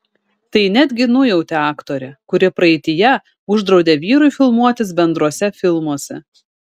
tai netgi nujautė aktorė kuri praeityje uždraudė vyrui filmuotis bendruose filmuose